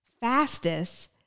fastest